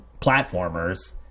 platformers